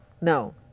no